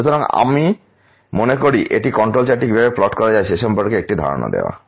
সুতরাং আমি মনে করি এটি কন্ট্রোল চার্টটি কীভাবে প্লট করা যায় সে সম্পর্কে একটি ধারণা দেওয়া